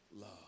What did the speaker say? love